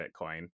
Bitcoin